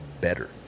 better